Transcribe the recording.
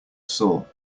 saw